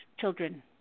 children